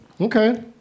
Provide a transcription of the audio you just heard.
Okay